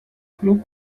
club